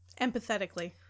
Empathetically